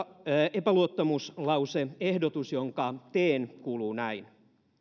epäluottamuslause ehdotus jonka teen kuuluu näin